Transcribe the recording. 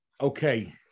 Okay